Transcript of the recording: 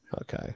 okay